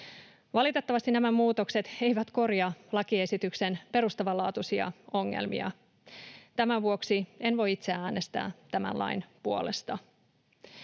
Valitettavasti nämä muutokset eivät korjaa lakiesityksen perustavanlaatuisia ongelmia. Tämän vuoksi en voi itse äänestää tämän lain puolesta.